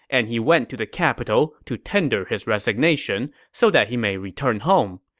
and he went to the capital to tender his resignation so that he may return home.